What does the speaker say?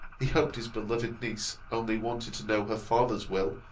he hoped his beloved niece only wanted to know her father's will,